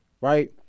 right